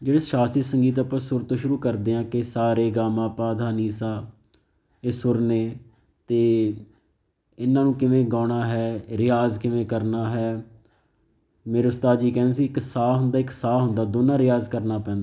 ਜਿਹੜੇ ਸਾਸ਼ਤਰੀ ਸੰਗੀਤ ਆਪਾਂ ਸੁਰ ਤੋਂ ਸ਼ੁਰੂ ਕਰਦੇ ਹਾਂ ਕਿ ਸਾ ਰੇ ਗਾ ਮਾ ਪਾ ਧਾ ਨੀ ਸਾ ਇਹ ਸੁਰ ਨੇ ਅਤੇ ਇਹਨਾਂ ਨੂੰ ਕਿਵੇਂ ਗਾਉਣਾ ਹੈ ਰਿਆਜ਼ ਕਿਵੇਂ ਕਰਨਾ ਹੈ ਮੇਰੇ ਉਸਤਾਦ ਜੀ ਕਹਿੰਦੇ ਸੀ ਇੱਕ ਸਾਹ ਹੁੰਦਾ ਇੱਕ ਸਾਹ ਹੁੰਦਾ ਦੋਨਾਂ ਰਿਆਜ਼ ਕਰਨਾ ਪੈਂਦਾ ਹੈ